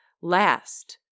Last